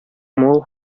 мул